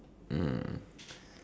uh